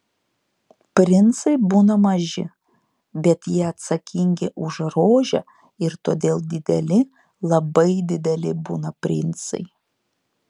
princai būna maži bet jie atsakingi už rožę ir todėl dideli labai dideli būna princai